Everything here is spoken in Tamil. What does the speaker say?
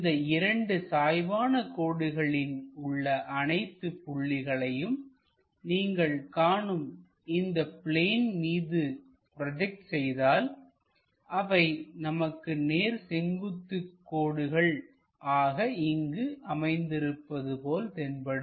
இந்த இரண்டு சாய்வான கோடுகளின் உள்ள அனைத்து புள்ளிகளையும் நீங்கள் காணும் இந்த பிளேன் மீது ப்ரோஜெக்ட் செய்தால்அவை நமக்குநேர் செங்குத்துக் கோடுகள் ஆக இங்கு அமைந்திருப்பது போல் தென்படும்